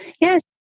Yes